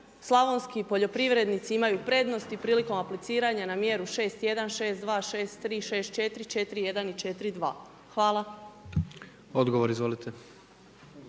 slavonski poljoprivrednici imaju prednost i prilikom apliciranja na mjeru 6.1., 6.2., 6.3., 6.4., 4.1.